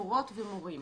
מורות ומורים?